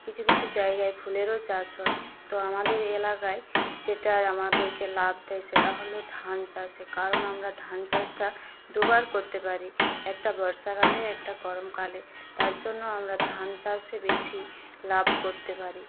কিছু কিছু জায়গায় ফুলেরও চাষ হয় তো আমাদের এই এলাকায় যেটাই আমাদেরকে লাভ দেয় সেটা হলো ধান চাষে কারণ আমরা ধান চাষটা দু বার করতে পারি একটা বর্ষাকালে একটা গরমকালে তার জন্য আমরা ধান চাষে বেশি লাভ করতে পারি